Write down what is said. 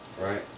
right